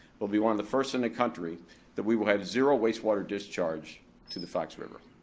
we'll be one of the first in the country that we will have zero wastewater discharge to the fox river,